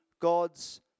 God's